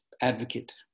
advocate